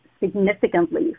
significantly